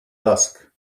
dusk